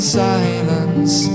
silence